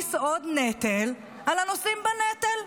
שמעמיס ועוד נטל על הנושאים בנטל.